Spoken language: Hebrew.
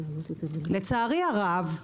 לצערי הרב,